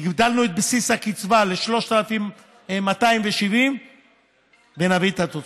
הגדלנו את בסיס הקצבה ל-3,270 ונביא את התוצאה.